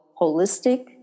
holistic